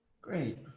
Great